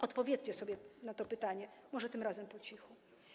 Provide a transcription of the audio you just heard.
Odpowiedzcie sobie na to pytanie, może tym razem po cichu.